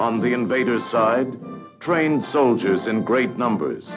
on the invaders side trained soldiers in great numbers